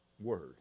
word